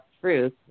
truth